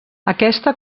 aquesta